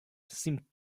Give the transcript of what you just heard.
seemed